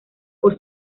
por